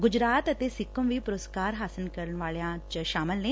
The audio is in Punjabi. ਗੁਜਰਾਤ ਅਤੇ ਸਿਕੱਮ ਵੀ ਪੁਰਸਕਾਰ ਹਾਸਲ ਕਰਨ ਵਾਲਿਆਂ ਚ ਸ਼ਾਮਲ ਨੇ